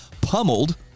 pummeled